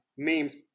memes